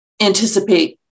anticipate